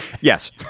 yes